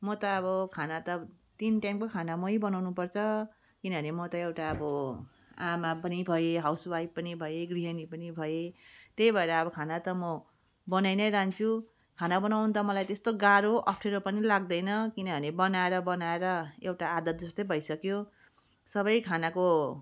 म त अब खाना त तिन टाइमको खाना म नै बनाउनुपर्छ किनभने म त एउटा अब आमा पनि भएँ हाउस वाइफ पनि भएँ गृहणी पनि भएँ त्यही भएर अब खाना त म बनाई नै रहन्छु खाना बनाउनु त मलाई त्यस्तो गाह्रो अप्ठ्यारो पनि लाग्दैन किनभने बनाएर बनाएर एउटा आदतजस्तै भइसक्यो सबै खानाको